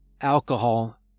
Alcohol